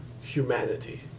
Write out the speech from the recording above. humanity